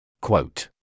Quote